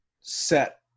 set